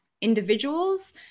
individuals